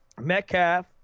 Metcalf